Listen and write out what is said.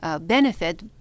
benefit